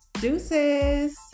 Deuces